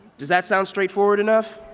does that sound straightforward enough?